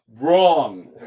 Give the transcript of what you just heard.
Wrong